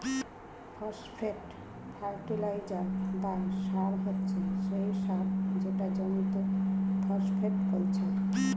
phosphate fertiliser বা সার হচ্ছে সেই সার যেটা জমিতে ফসফেট পৌঁছায়